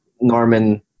Norman